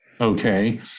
Okay